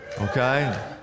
okay